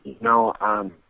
No